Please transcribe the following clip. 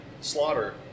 slaughter